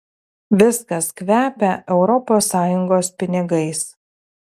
viskas kvepia europos sąjungos pinigais